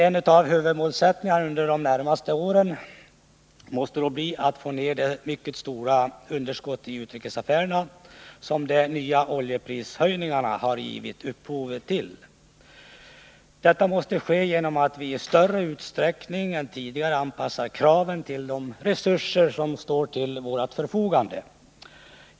En av huvudmålsättningarna under de närmaste åren måste bli att minska det mycket stora underskott i utrikesaffärerna som de nya oljeprishöjningarna har givit upphov till. Detta måste ske genom att vi i större utsträckning än tidigare anpassar kraven till de resurser som står till vårt förfogande.